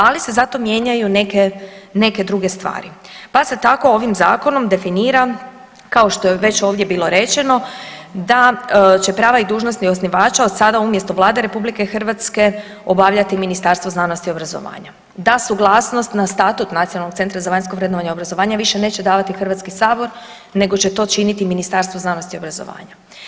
Ali se zato mijenjaju neke, neke druge stvari, pa se tako ovim zakonom definira kao što je već ovdje bilo rečeno da će prava i dužnosti osnivača od sada umjesto Vlade RH obavljati Ministarstvo znanosti i obrazovanja, da suglasnost na statut Nacionalnog centra za vanjsko vrednovanje obrazovanja više neće davati Hrvatski sabor nego će to činiti Ministarstvo znanosti i obrazovanja.